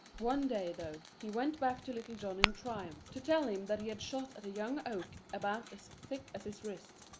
one day though, he went back to little john in triumph to tell him that he had shot at a young oak about as thick as his wrist.